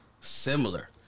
similar